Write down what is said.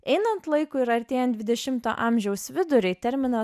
einant laikui ir artėjan dvidešimto amžiaus viduriui terminą